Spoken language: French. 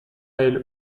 aile